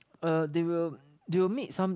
uh they will they will meet some